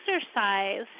exercise